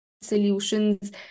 solutions